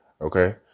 okay